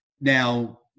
now